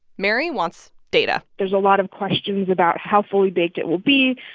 mary wants data there's a lot of questions about how fully baked it will be,